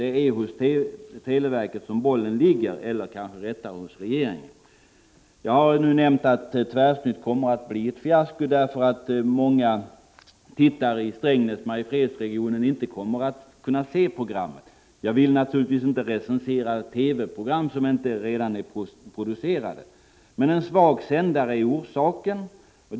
Det är hos televerket som bollen ligger — eller kanske rättare hos regeringen. Jag har nu nämnt att Tvärsnytt kommer att bli ett fiasko — många tittare i Strängnäs-Mariefred-regionen kommer inte att kunna se programmet. Jag vill naturligtvis inte recensera TV-program som inte är producerade. En svag sändare är orsaken.